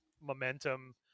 momentum